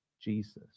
Jesus